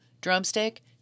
Drumstick